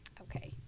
Okay